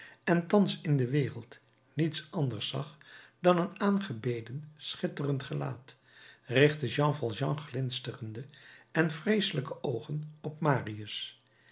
en thans in de wereld niets anders zag dan een aangebeden schitterend gelaat richtte jean valjean glinsterende en vreeselijke oogen op marius